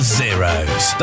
zeros